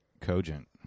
cogent